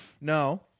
No